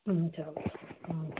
हुन्छ अब हवस्